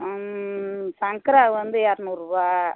சங்கரா வந்து இரநூறுபா